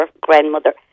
grandmother